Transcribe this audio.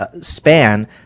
span